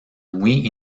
muy